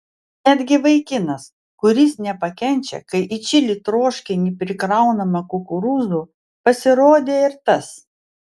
netgi vaikinas kuris nepakenčia kai į čili troškinį prikraunama kukurūzų pasirodė ir tas